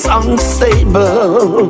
unstable